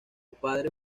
padre